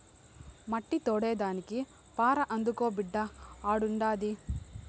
మట్టి తోడేదానికి పార అందుకో బిడ్డా ఆడుండాది